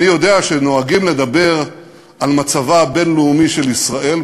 אני יודע שנוהגים לדבר על מצבה הבין-לאומי של ישראל,